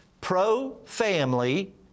pro-family